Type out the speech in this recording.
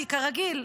כי כרגיל,